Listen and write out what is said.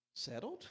Settled